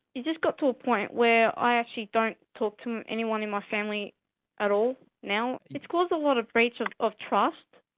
it just got to a point where i actually don't talk to anyone in my family at all now. it's caused a lot of breaches of trust.